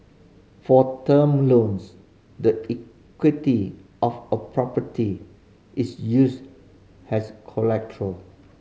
for term loans the equity of a property is used as